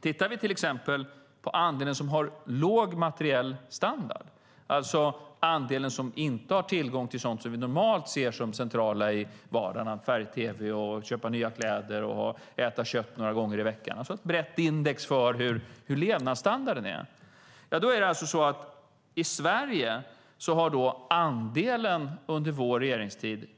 Tittar vi till exempel på andelen som har låg materiell standard, det vill säga andelen som inte har tillgång till sådant vi normalt ser som centralt i vardagen - det gäller färg-tv, att köpa nya kläder och äta kött några gånger i veckan, alltså ett brett index för hur levnadsstandarden är - ser vi att den har minskat i Sverige under vår regeringstid.